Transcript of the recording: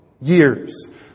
years